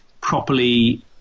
properly